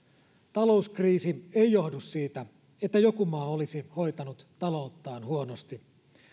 talouskriisi ei johdu siitä että joku maa olisi hoitanut talouttaan huonosti